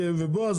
בועז,